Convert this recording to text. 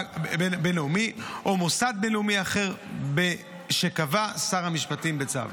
הבין-לאומי או מוסד בין-לאומי אחר שקבע שר המשפטים בצו,